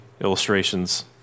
illustrations